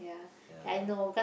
ya